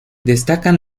destacan